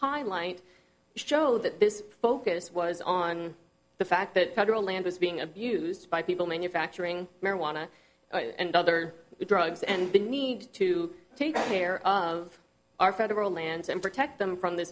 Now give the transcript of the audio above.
highlight show that this focus was on the fact that federal land was being abused by people manufacturing marijuana and other drugs and the need to take care of our federal lands and protect them from th